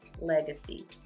legacy